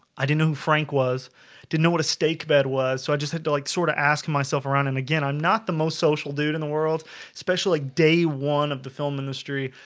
i didn't know who frank was didn't know what a steak bed was so i just had to like sort of ask myself around and again, i'm not the most social dude in the world especially day one of the film industry.